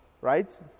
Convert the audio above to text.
right